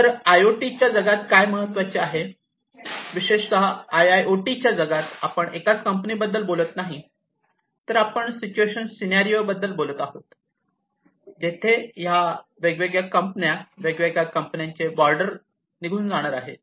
तर I O T च्या जगात काय महत्त्वाचे आहे विशेषतः आय आय ओ टी च्या जगात आपण एकाच कंपनी बद्दल बोलत नाही पण आपण सिच्युएशन सिनॅरिओ बद्दल बोलत आहोत जेथे ह्या वेगवेगळे कंपन्या ह्या वेगवेगळ्या कंपन्यांचे बॉर्डर निघून जाणार आहेत